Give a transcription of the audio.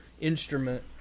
instrument